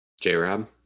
J-Rob